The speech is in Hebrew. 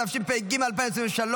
התשפ"ג 2023,